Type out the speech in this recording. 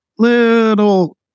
little